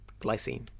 Glycine